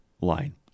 line